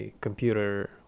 computer